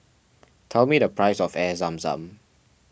tell me the price of Air Zam Zam